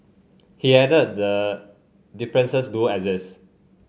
he added the differences do exist